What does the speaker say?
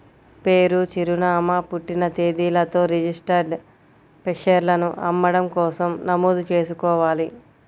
పేరు, చిరునామా, పుట్టిన తేదీలతో రిజిస్టర్డ్ షేర్లను అమ్మడం కోసం నమోదు చేసుకోవాలి